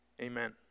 Amen